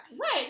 Right